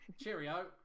cheerio